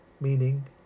meaning